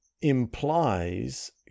implies